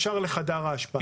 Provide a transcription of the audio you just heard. בפיר ישר לחדר האשפה.